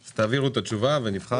אז תעבירו את התשובה ונבחן.